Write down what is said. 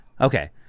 Okay